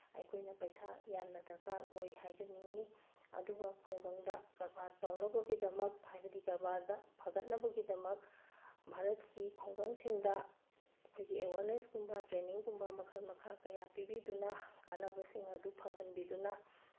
ꯑꯩꯈꯣꯏꯅ ꯄꯩꯁꯥ ꯌꯥꯝꯅ ꯗꯔꯀꯥꯔ ꯑꯣꯏ ꯍꯥꯏꯖꯅꯤꯡꯉꯤ ꯑꯗꯨꯒ ꯈꯨꯡꯒꯪꯗ ꯀꯔꯕꯥꯔ ꯇꯧꯅꯕꯒꯤꯗꯃꯛ ꯍꯥꯏꯕꯗꯤ ꯀꯔꯕꯥꯔꯗ ꯐꯒꯠꯅꯕꯒꯤꯗꯃꯛ ꯚꯥꯔꯠꯀꯤ ꯈꯨꯡꯒꯪꯁꯤꯡꯗ ꯑꯩꯈꯣꯏꯒꯤ ꯑꯦꯋꯥꯔꯅꯦꯁꯀꯨꯝꯕ ꯇ꯭ꯔꯦꯅꯤꯡꯒꯨꯝꯕ ꯃꯈꯜ ꯃꯈꯥ ꯀꯌꯥ ꯄꯤꯕꯤꯗꯨꯅ ꯀꯥꯅꯕꯁꯤꯡ ꯑꯗꯨ ꯐꯪꯍꯟꯕꯤꯗꯨꯅ